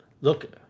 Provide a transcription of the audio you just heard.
Look